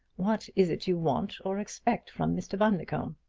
what is it you want or expect from mr. bundercombe?